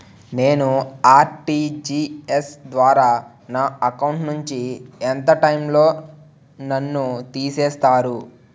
నేను ఆ.ర్టి.జి.ఎస్ ద్వారా నా అకౌంట్ నుంచి ఎంత టైం లో నన్ను తిసేస్తారు?